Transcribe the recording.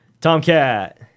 Tomcat